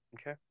Okay